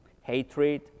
hatred